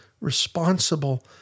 responsible